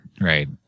right